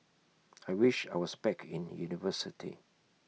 I wish I was back in university